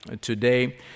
today